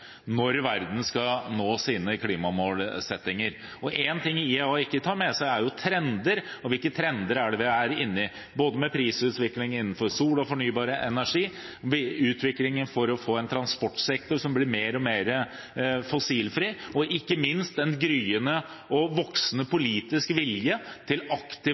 når verden skal nå sine klimamålsettinger. En ting IEA ikke tar med seg, er jo trender, hvilke trender vi er inne i – både med prisutvikling innenfor solenergi og fornybar energi, med en utvikling for å få en transportsektor som blir mer og mer fossilfri, og ikke minst med den gryende og voksende politiske viljen til aktivt